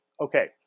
okay